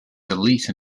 delete